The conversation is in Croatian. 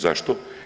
Zašto?